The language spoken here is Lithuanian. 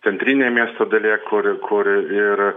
centrinėje miesto dalyje kur ir kur ir